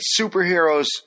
superheroes